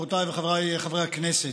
חברותיי וחבריי חברי הכנסת,